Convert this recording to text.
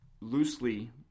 loosely